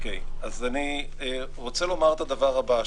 אני רוצה לומר את הדבר הבא.